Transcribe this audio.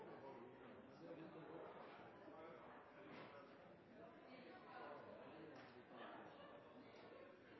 jeg på oppkjøring for andre gang, så jeg